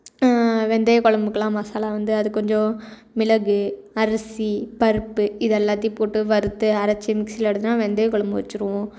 வெந்தய குலம்புக்குலாம் மசாலா வந்து அது கொஞ்சம் மிளகு அரிசி பருப்பு இது எல்லாத்தையும் போட்டு வறுத்து அரைத்து மிக்சியில் அடிச்சால் வெந்தய கொழம்பு வச்சிடுவோம்